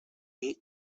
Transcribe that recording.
ate